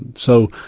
so,